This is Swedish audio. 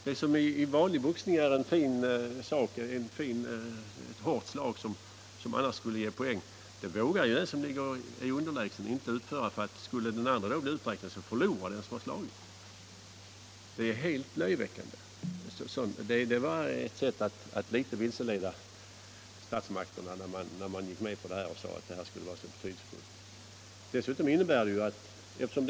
Den som är underlägsen vågar ju inte slå ett hårt slag, som annars skulle ge poäng, för om motståndaren då skulle räknas ut förlorar den som har slagit knockouten. Det är ju helt löjeväckande. Det var bara ett sätt att vilseleda statsmakterna när man skyltade med den bestämmelsen och sade att det skulle vara så betydelsefullt.